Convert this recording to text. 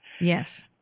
Yes